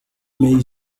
may